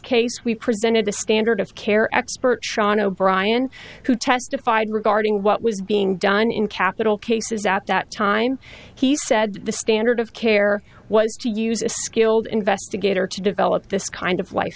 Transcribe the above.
case we presented a standard of care expert sean o'brien who testified regarding what was being done in capital cases at that time he said the standard of care was to use a skilled investigator to develop this kind of life